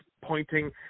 pointing